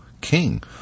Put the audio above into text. king